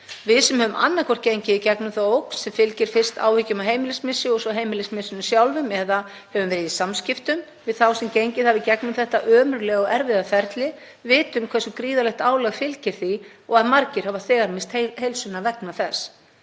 Við sem höfum annaðhvort gengið í gegnum þá ógn sem fylgir fyrst áhyggjum af heimilismissi og svo heimilismissinum sjálfum, eða höfum verið í samskiptum við þá sem gengið hafa í gegnum þetta ömurlega og erfiða ferli, vitum hversu gríðarlegt álag fylgir því og að margir hafa þegar misst heilsuna vegna þess.